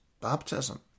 baptism